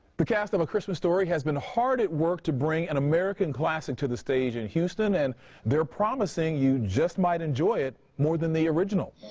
the cast um has been hard at work to bring an american classic to the stage in houston and they're promising you just might enjoy it more than the original.